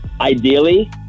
ideally